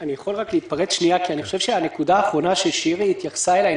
אני חושב שהנקודה האחרונה ששירי התייחסה אליה היא